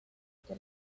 the